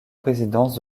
présidence